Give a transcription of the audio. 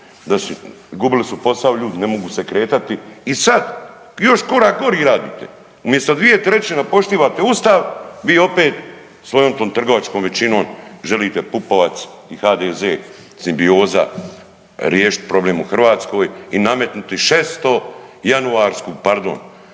su, gubili su posao ljudi, ne mogu se kretati i sad i još korak gori radite. Umjesto 2/3 da poštivate Ustav vi opet svojom tom trgovačkom većinom želite Pupovac i HDZ simbioza riješiti problem u Hrvatskoj i nametnuti šesto januarsku pardon,